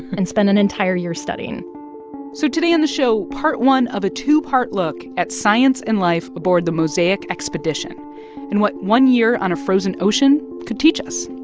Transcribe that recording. and spend an entire year studying so today on the show, part one of a two-part look at science and life aboard the mosaic expedition and what one year on a frozen ocean could teach us